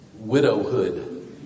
widowhood